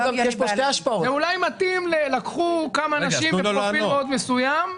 אולי לקחו כמה נשים עם פרופיל מאוד מסוים.